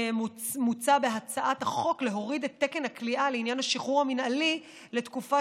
מוצע בהצעת החוק להוריד את תקן הכליאה לעניין השחרור המינהלי לתקופה